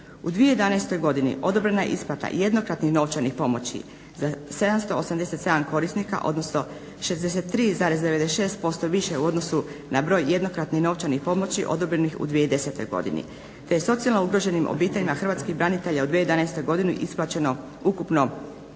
U 2011. godini odobrena je isplata jednokratnih novčanih pomoći za 787 korisnika, odnosno 63,96% više u odnosu na broj jednokratnih novčanih pomoći odobrenih u 2010. godini, te je socijalno ugroženim obiteljima hrvatskih branitelja u 2011. godini isplaćeno ukupno